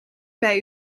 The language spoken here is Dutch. bij